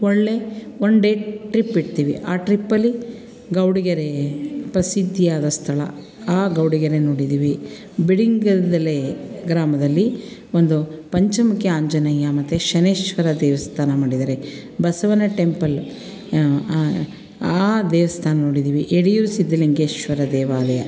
ಒಳ್ಳೆಯ one day trip ಇಡ್ತೀವಿ ಆ ಟ್ರಿಪ್ಪಲಿ ಗೌಡಗೆರೆ ಪ್ರಸಿದ್ಧಿಯಾದ ಸ್ಥಳ ಆ ಗೌಡಗೆರೆ ನೋಡಿದ್ದೀವಿ ಬಿಡಿಂಗಲದಲೇ ಗ್ರಾಮದಲ್ಲಿ ಒಂದು ಪಂಚಮುಖಿ ಆಂಜನೇಯ ಮತ್ತು ಶನೇಶ್ವರ ದೇವಸ್ಥಾನ ಮಾಡಿದ್ದಾರೆ ಬಸವನ ಟೆಂಪಲ್ ಆ ದೇವಸ್ಥಾನ ನೋಡಿದ್ದೀವಿ ಯಡಿಯೂರು ಸಿದ್ಧಲಿಂಗೇಶ್ವರ ದೇವಾಲಯ